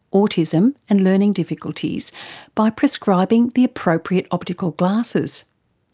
autism, and learning difficulties by prescribing the appropriate optical glasses.